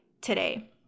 today